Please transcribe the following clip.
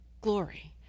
glory